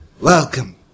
Welcome